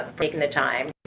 making the time